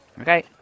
Okay